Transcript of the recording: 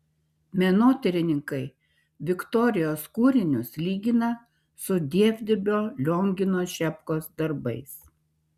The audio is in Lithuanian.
menotyrininkai viktorijos kūrinius lygina su dievdirbio liongino šepkos darbais